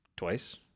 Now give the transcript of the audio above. Twice